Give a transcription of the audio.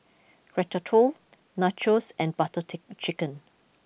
Ratatouille Nachos and Butter tick Chicken